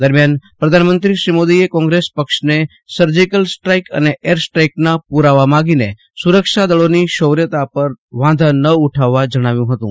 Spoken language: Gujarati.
દરમ્યાન પ્રધાનમંત્રીશ્રી મોદીએ કોંગ્રેસ પક્ષને સર્જીકલ સ્ટ્રાઇક અને એર સ્ટ્રાઇકના પૂરાવા માંગીને સુરક્ષાદળોની શૌર્યતા પર વાંધા ન ઉઠાવવા જજ્ઞાવ્યું હતું